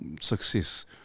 success